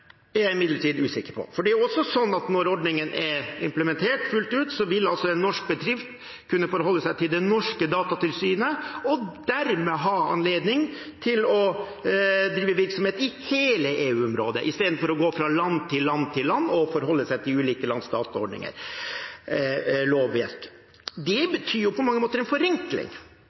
er jeg imidlertid usikker på, for det er også sånn at når ordningen er implementert fullt ut, vil en norsk bedrift kunne forholde seg til det norske datatilsynet og dermed ha anledning til å drive virksomhet i hele EU-området, istedenfor å gå fra land til land og forholde seg til ulike lands dataordninger og -lovverk. Det betyr på mange måter en forenkling